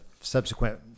subsequent